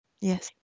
Yes